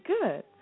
Good